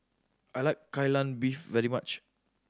I like Kai Lan Beef very much